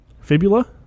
fibula